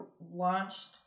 launched